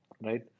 right